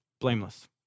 Blameless